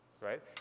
right